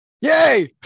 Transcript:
yay